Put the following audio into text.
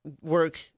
work